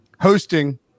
hosting